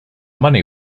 money